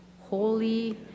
holy